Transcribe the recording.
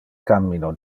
cammino